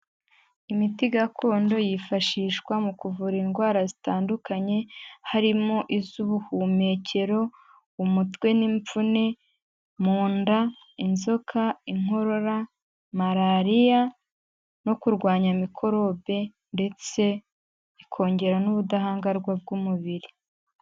imiti gakondo yifashishwa mu kuvura indwara zitandukanye, harimo iz'ubuhumekero, umutwe n'imvune, mu nda, inzoka, inkorora Malariya no kurwanya mikorobe ndetse ikongera n'ubudahangarwa bw'umubiri.